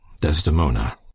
desdemona